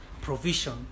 provision